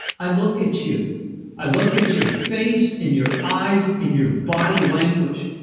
i look at you i look at your face and your eyes and your body language.